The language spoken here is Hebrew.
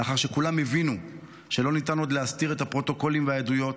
לאחר שכולם הבינו שלא ניתן עוד להסתיר את הפרוטוקולים והעדויות,